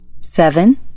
Seven